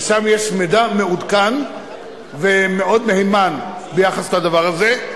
ושם יש מידע מעודכן ומאוד מהימן ביחס לדבר הזה.